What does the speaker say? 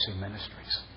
Ministries